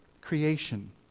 creation